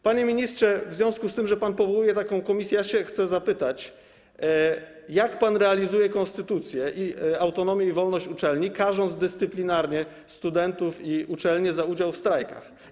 Panie ministrze, w związku z tym, że pan powołuje taką komisję, chcę się zapytać, jak pan realizuje konstytucję, autonomię i wolność uczelni, karząc dyscyplinarnie studentów i uczelnie za udział w strajkach.